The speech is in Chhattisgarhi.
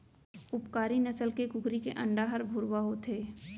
उपकारी नसल के कुकरी के अंडा हर भुरवा होथे